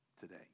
today